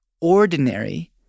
ordinary